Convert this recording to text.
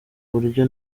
buryo